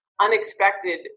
unexpected